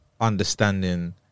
understanding